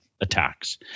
attacks